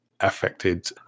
affected